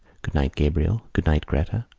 good-night, gabriel. good-night, gretta!